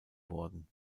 worden